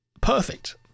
perfect